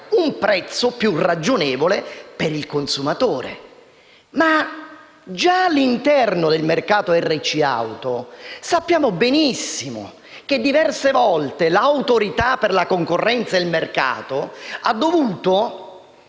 un prezzo ragionevole per il consumatore. Ma già all'interno del mercato RC auto sappiamo benissimo che diverse volte l'Autorità garante della concorrenza e del mercato ha dovuto